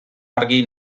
argi